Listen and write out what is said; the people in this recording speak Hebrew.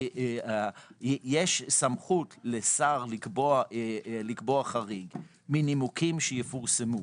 יש סמכות לשר לקבוע חריג מנימוקים שיפורסמו,